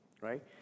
right